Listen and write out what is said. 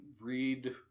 read